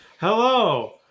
Hello